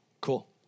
Cool